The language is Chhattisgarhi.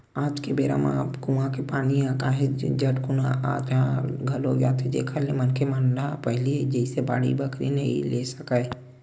आज के बेरा म अब कुँआ के पानी ह काहेच झटकुन अटा घलोक जाथे जेखर ले मनखे मन ह पहिली जइसे बाड़ी बखरी नइ ले सकय